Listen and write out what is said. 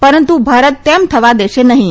પરંતુ ભારત તેમ થવા દેશે નહીં